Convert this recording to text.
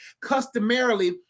Customarily